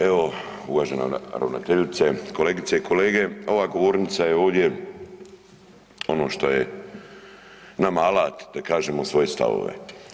Evo, uvažena ravnateljice, kolegice i kolege ova govornica je ovdje ono što je nama alat da kažemo svoje stavove.